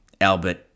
Albert